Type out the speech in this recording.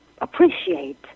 appreciate